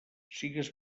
sigues